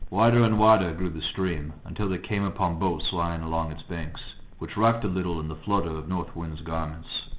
wider and wider grew the stream, until they came upon boats lying along its banks, which rocked a little in the flutter of north wind's garments.